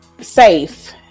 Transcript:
safe